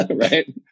right